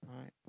right